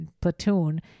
Platoon